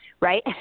right